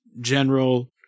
general